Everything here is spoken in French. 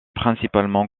principalement